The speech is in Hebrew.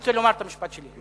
תוריד אותי בכוח.